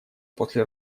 после